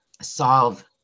solve